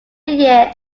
year